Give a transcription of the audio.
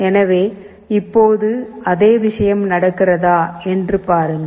எனவே இப்போது அதே விஷயம் நடக்கிறதா என்று பாருங்கள்